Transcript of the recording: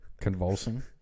Convulsing